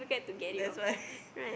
that's why